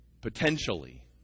potentially